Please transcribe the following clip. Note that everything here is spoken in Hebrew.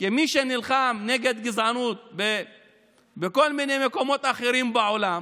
כמי שנלחמו נגד גזענות בכל מיני מקומות אחרים בעולם